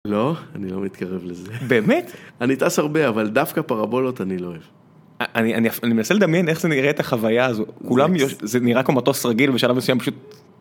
לא אני לא מתקרב לזה, באמת? אני טס הרבה אבל דווקא פרבולות אני לא אוהב. אני אני מנסה לדמיין איך זה נראת החוויה הזו כולם יוש זה נראה כמו מטוס רגיל בשלב מסוים פשוט.